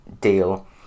deal